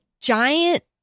giant